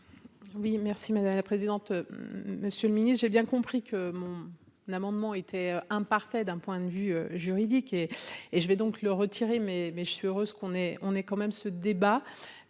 Oui merci madame la présidente, monsieur le Ministre, j'ai bien compris que mon amendement était un parfait d'un point de vue juridique et et je vais donc le retirer mais mais je suis heureuse qu'on est, on est quand même ce débat